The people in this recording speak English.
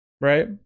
right